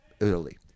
early